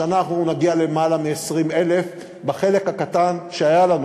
השנה אנחנו נגיע למעלה מ-20,000 בחלק הקטן שהיה לנו.